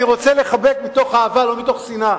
אני רוצה לחבק מתוך אהבה, לא מתוך שנאה.